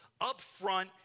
upfront